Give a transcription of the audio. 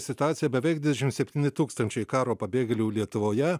situaciją beveik dvidešim septyni tūkstančiai karo pabėgėlių lietuvoje